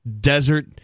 desert